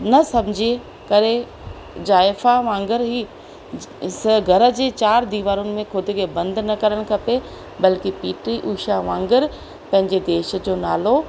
न सम्झी करे ज़ाइफ़ा वांगुरु ई स घर जी चार दिवारुनि में ख़ुदि खे बंदि न करणु खपे बल्कि पी टी उषा वांगुरु पंहिंजे देश जो नालो